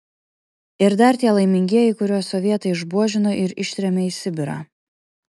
ir dar tie laimingieji kuriuos sovietai išbuožino ir ištrėmė į sibirą